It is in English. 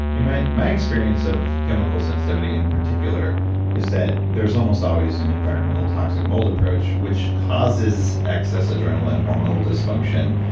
my my experience of chemical sensitivity in particular is that there's almost always an and environmental toxic mold approach, which causes excess adrenaline hormonal dysfunction,